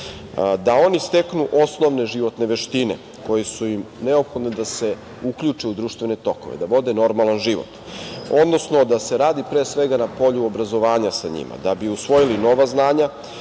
da oni steknu osnovne životne veštine koje su im neophodne da se uključe u društvene tokove, da vode normalan život, odnosno da se radi, pre svega, na polju obrazovanja sa njima da bi usvojili nova znanja